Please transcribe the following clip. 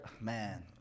man